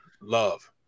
love